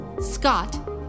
Scott